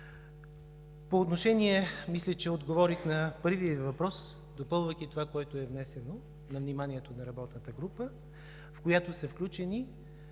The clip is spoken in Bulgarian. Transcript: и отпуските. Мисля, че отговорих на първия Ви въпрос, допълвайки това, което е внесено на вниманието на работната група, в която са включени